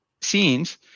scenes